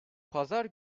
pazar